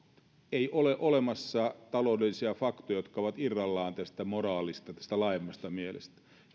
ei ole olemassa taloudellisia faktoja jotka ovat irrallaan tästä moraalista tästä laajemmasta mielestä